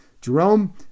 Jerome